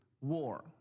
war